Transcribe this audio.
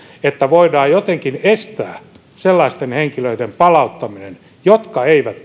että voidaan jotenkin estää sellaisten henkilöiden palauttaminen jotka eivät